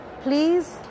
Please